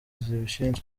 zibishinzwe